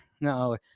no